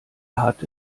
hat